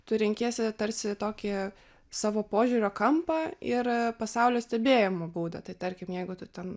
tu renkiesi tarsi tokį savo požiūrio kampą ir pasaulio stebėjimo būdą tai tarkim jeigu tu ten